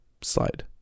slide